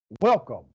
welcome